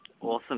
Awesome